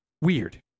Weird